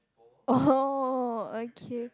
oh okay